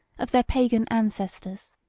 of their pagan ancestors.